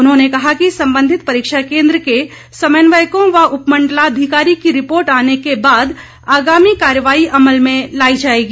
उन्होंने कहा कि सम्बंधित परीक्षा केन्द्र के समन्वयकों व उपमंडलाधिकारी की रिपोर्ट आने के बाद आगामी कार्रवाई अमल में लाई जाएगी